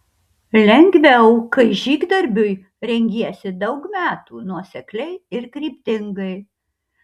lengviau kai žygdarbiui rengiesi daug metų nuosekliai ir kryptingai